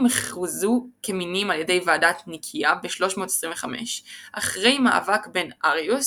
הוכרזו כמינים על ידי ועידת ניקיאה ב-325 אחרי מאבק בין אריוס,